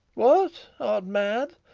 what, art mad?